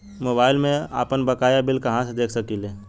Mobile में आपनबकाया bill कहाँसे देख सकिले?